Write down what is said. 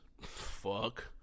Fuck